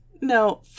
No